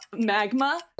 magma